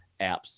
apps